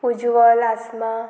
उज्वल आसमा